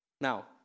Now